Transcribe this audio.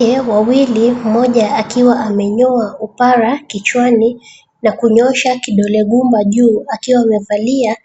Wanaume wawili mmoja akiwa amenyoa upara kichwani na kunyosha kidole gumba juu akiwa amevalia